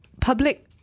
public